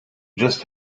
just